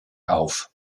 auf